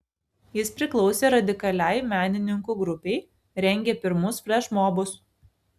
jis priklausė radikaliai menininkų grupei rengė pirmus flešmobus